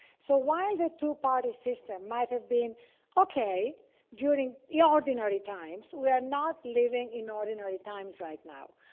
so while the two-party system might have been okay during the ordinary times, we're not living in ordinary times right now.